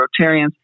Rotarians